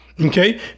okay